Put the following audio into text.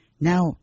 Now